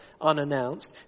unannounced